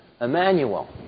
Emmanuel